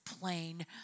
plain